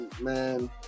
man